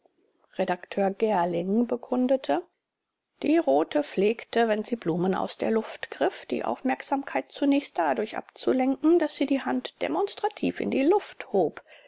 redakteur gerling bekundete die rothe pflegte wenn sie blumen aus der luft griff die aufmerksamkeit zunächst dadurch abzulenken daß sie die hand demonstrativ in die luft hob